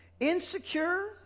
Insecure